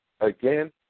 again